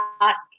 ask